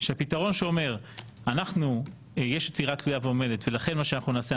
שהפתרון שאומר שיש עתירה תלויה ועומדת ולכן מה שאנחנו נעשה,